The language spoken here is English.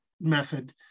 method